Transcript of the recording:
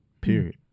Period